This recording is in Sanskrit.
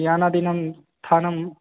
यानादीनां स्थानं